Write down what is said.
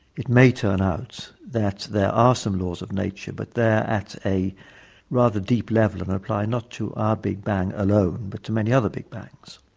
it may turn out that there are some laws of nature but they're at a rather deep level and apply not to our big bang alone, but to many other big bangs.